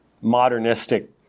modernistic